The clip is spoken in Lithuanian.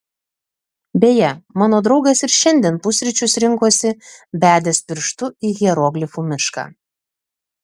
beje mano draugas ir šiandien pusryčius rinkosi bedęs pirštu į hieroglifų mišką